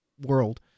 world